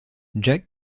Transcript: jack